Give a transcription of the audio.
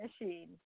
machine